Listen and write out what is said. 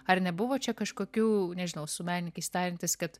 ar nebuvo čia kažkokių nežinau su menininkais tariantis kad